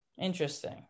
Interesting